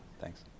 thanks